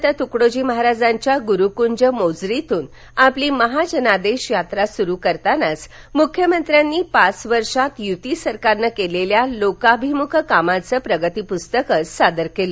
संत तुकडोजी महाराजांच्या गुरूकुंज मोझरीतून आपली महाजनादेश यात्रा सुरू करताना मुख्यमंत्र्यांनी पाच वर्षात युती सरकारनं केलेल्या लोकाभिमुख कामांचं प्रगतीपुस्तकच सादर केलं